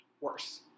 Worse